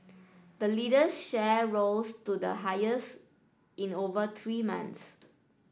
the lender's share rose to their highest in over three months